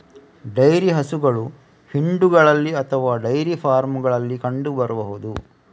dairy ಹಸುಗಳು ಹಿಂಡುಗಳಲ್ಲಿ ಅಥವಾ ಡೈರಿ ಫಾರ್ಮುಗಳಲ್ಲಿ ಕಂಡು ಬರಬಹುದು